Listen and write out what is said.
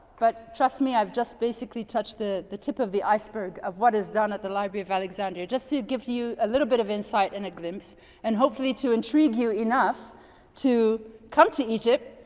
but trust me, i've just basically touched the the tip of the iceberg of what is done at the library of alexandria. just so it gives you a little bit of insight and a glimpse and hopefully to intrigue you enough to come to egypt,